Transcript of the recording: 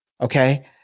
Okay